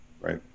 right